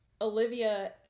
Olivia